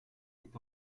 est